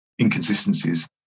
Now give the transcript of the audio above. inconsistencies